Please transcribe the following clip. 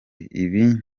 ibi